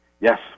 Yes